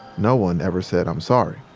no one ever said i'm sorry.